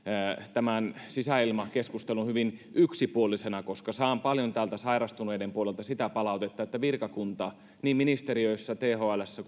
tämän sisäilmakeskustelun hyvin yksipuolisena koska saan paljon täältä sairastuneiden puolelta sitä palautetta että virkakunta ei ministeriöissä thlssä